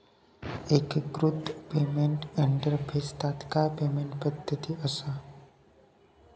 एकिकृत payment interface तात्काळ payment पद्धती असा